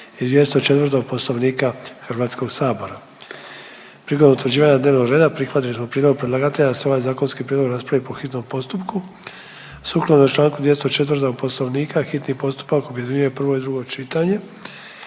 i 204. Poslovnika HS-a. Prilikom utvrđivanja dnevnog reda prihvatili smo prijedlog predlagatelja da se ovaj zakonski prijedlog raspravi po hitnom postupku. Sukladno čl. 204. Poslovnika hitni postupak objedinjuje prvo i drugo čitanje.